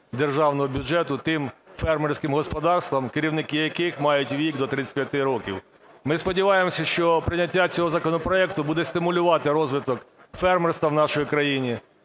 державного бюджету тим фермерський господарствам, керівники яких мають вік до 35 років. Ми сподіваємося, що прийняття цього законопроекту буде стимулювати розвиток фермерства в нашій країні,